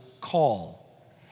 call